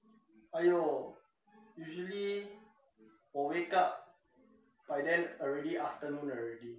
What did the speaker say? !aiyo! usually 我 wake up by then already afternoon already